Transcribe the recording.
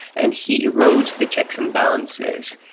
and he erodes the checks and balances.